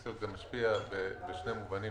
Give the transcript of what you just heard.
הפנסיות בשני מובנים.